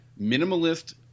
minimalist